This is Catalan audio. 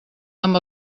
amb